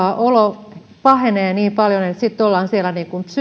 olo pahenee niin paljon että sitten ollaan siellä